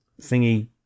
thingy